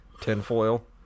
tinfoil